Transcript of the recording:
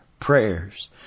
prayers